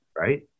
Right